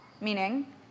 meaning